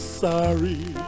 sorry